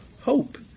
hope